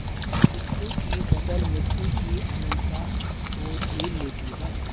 कुट्टू की फसल मिट्टी की अम्लता को झेल लेती है